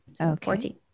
Okay